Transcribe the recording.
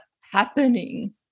happening